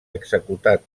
executat